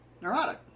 neurotic